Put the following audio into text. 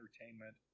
entertainment